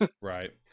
Right